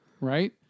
right